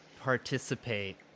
participate